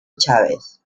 chávez